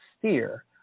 sphere